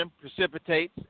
precipitates